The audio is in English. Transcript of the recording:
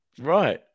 Right